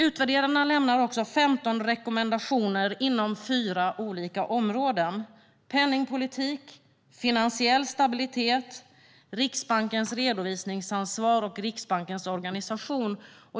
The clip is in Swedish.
Utvärderarna lämnar också 15 rekommendationer inom fyra områden: penningpolitik, finansiell stabilitet, Riksbankens redovisningsansvar och Riksbankens organisation.